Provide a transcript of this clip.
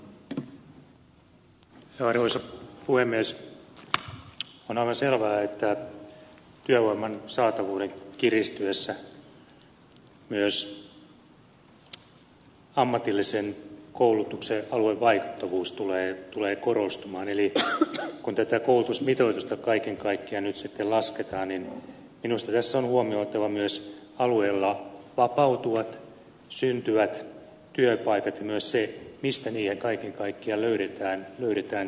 on aivan selvää että työvoiman saatavuuden kiristyessä myös ammatillisen koulutuksen aluevaikuttavuus tulee korostumaan eli kun tätä koulutusmitoitusta kaiken kaikkiaan nyt sitten lasketaan niin minusta tässä on huomioitava myös alueella vapautuvat syntyvät työpaikat ja myös se mistä niihin kaiken kaikkiaan löydetään tekijät